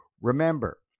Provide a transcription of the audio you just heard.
Remember